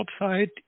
outside